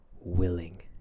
willing